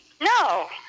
No